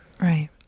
right